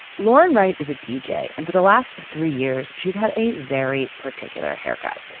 lauren, right, is a deejay, and for the last three years, she's had a very particular haircut,